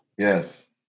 Yes